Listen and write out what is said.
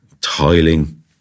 tiling